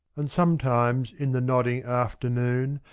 and sometimes in the nodding afternoon,